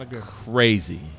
crazy